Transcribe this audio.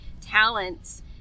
talents